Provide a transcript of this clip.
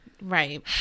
Right